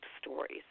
stories